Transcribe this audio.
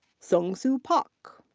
sung soo park.